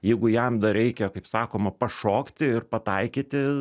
jeigu jam dar reikia kaip sakoma pašokti ir pataikyti